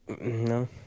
No